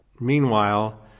Meanwhile